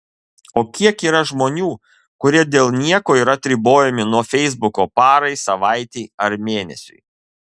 o kiek yra žmonių kurie dėl nieko yra atribojami nuo feisbuko parai savaitei ar mėnesiui